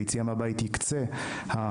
היציאה מהבית היא קצה המשבר.